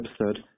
episode